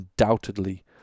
undoubtedly